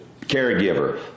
caregiver